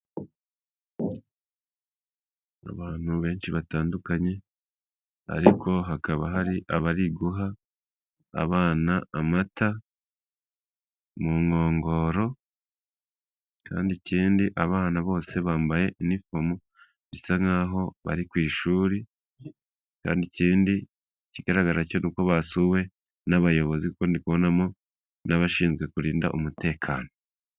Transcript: Abantu benshi batandukanye, ariko hakaba har’abari guha abana amata mu nkongoro, kandi ikindi abana bose bambaye unifomu bisa nk’aho bari ku ishuri, kandi ikindi kigaragara n'uko basuwe n'abayobozi, kuko ndi kubonabonamo n'abashinzwe kurinda umutekano.